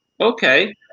Okay